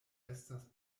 estas